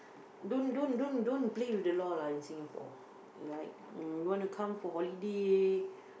don't don't don't don't play with the law lah in Singapore you want to come for holiday